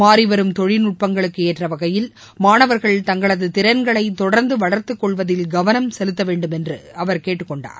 மாநிவரும் தொழில்நுட்பங்களுக்கு ஏற்றவகையில் மாணவர்கள் தங்களது திறன்களை தொடர்ந்து வளர்த்துக்கொள்வதில் கவனம் செலுத்தவேண்டும் என்று அவர் கேட்டுக்கொண்டார்